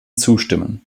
zustimmen